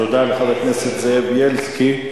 תודה לחבר הכנסת זאב בילסקי.